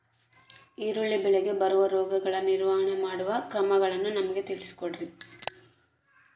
ಈರುಳ್ಳಿ ಬೆಳೆಗೆ ಬರುವ ರೋಗಗಳ ನಿರ್ವಹಣೆ ಮಾಡುವ ಕ್ರಮಗಳನ್ನು ನಮಗೆ ತಿಳಿಸಿ ಕೊಡ್ರಿ?